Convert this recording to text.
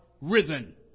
risen